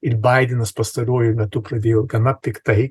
ir baidenas pastaruoju metu pradėjo gana piktai